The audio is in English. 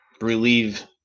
relieve